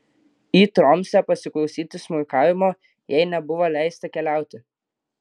į tromsę pasiklausyti smuikavimo jai nebuvo leista keliauti